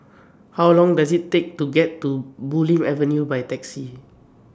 How Long Does IT Take to get to Bulim Avenue By Taxi